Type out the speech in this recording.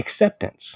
acceptance